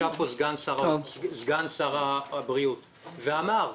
ישב פה סגן שר הבריאות ואמר: